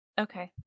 Okay